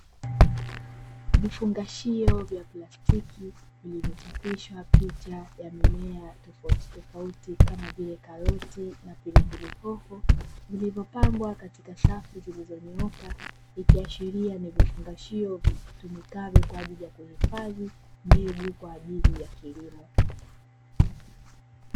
Vifungashio vya plastiki vilivyochapisha picha ya mimea tofautitofauti kama vile karoti na pilipili hoho, vilivyopangwa katika safu zilizonyooka vikiashiria ni vifungashio vitumikavyo kwa ajili ya kuhifadhi mbegu kwa ajili ya kilimo.